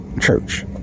church